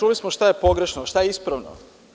Čuli smo šta je pogrešno, a šta je ispravno.